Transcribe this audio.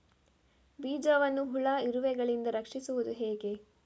ಬೀಜವನ್ನು ಹುಳ, ಇರುವೆಗಳಿಂದ ರಕ್ಷಿಸುವುದು ಹೇಗೆ?